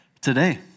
today